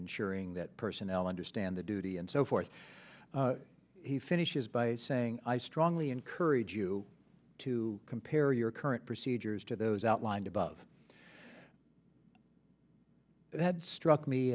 ensuring that personnel understand the duty and so forth he finishes by saying i strongly encourage you to compare your current procedures to those outlined above it had struck me